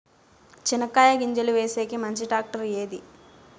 చెనక్కాయ గింజలు వేసేకి మంచి టాక్టర్ ఏది?